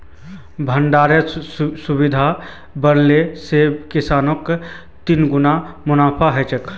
भण्डरानेर सुविधा बढ़ाले से किसानक तिगुना मुनाफा ह छे